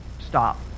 stop